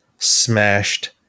smashed